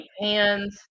hands